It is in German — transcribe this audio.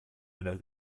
eine